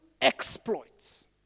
exploits